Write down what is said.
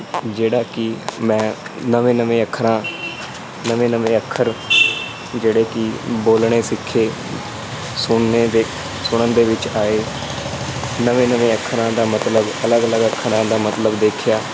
ਜਿਹੜਾ ਕਿ ਮੈਂ ਨਵੇਂ ਨਵੇਂ ਅੱਖਰਾਂ ਨਵੇਂ ਨਵੇਂ ਅੱਖਰ ਜਿਹੜੇ ਕਿ ਬੋਲਣੇ ਸਿੱਖੇ ਸੁਣਨੇ ਦੇ ਸੁਣਨ ਦੇ ਵਿੱਚ ਆਏ ਨਵੇਂ ਨਵੇਂ ਅੱਖਰਾਂ ਦਾ ਮਤਲਬ ਅਲੱਗ ਅਲੱਗ ਅੱਖਰਾਂ ਦਾ ਮਤਲਬ ਦੇਖਿਆ